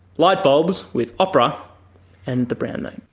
light bulbs with opera and the brown note.